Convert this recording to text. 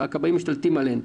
הכבאים משתלטים עליהן.